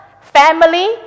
family